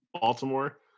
Baltimore